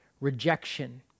rejection